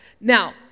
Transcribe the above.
Now